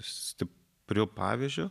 stipriu pavyzdžiu